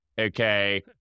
okay